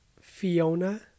Fiona